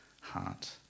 heart